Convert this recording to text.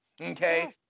okay